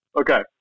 Okay